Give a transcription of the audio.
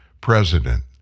president